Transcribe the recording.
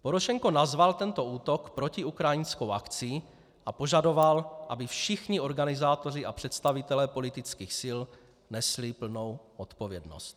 Porošenko nazval tento útok protiukrajinskou akcí a požadoval, aby všichni organizátoři a představitelé politických sil nesli plnou odpovědnost.